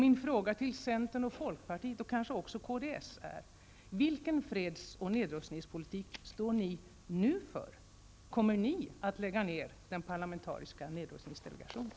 Min fråga till centern, folkpartiet och kanske även kds är: Vilken freds och nedrustningspolitik står ni nu för? Kommer ni att lägga ner den parlamentariska nedrustningsdelegationen?